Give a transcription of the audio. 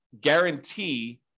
guarantee